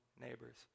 neighbors